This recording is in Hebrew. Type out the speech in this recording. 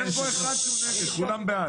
אין פה אחד שהוא נגד, כולם בעד.